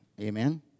Amen